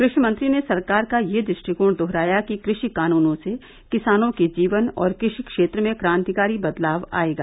कृषि मंत्री ने सरकार का यह दृष्टिकोण दोहराया कि कृषि कानूनों से किसानों के जीवन और कृषि क्षेत्र में क्रांतिकारी बदलाव आयेगा